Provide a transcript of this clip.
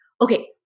okay